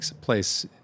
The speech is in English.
place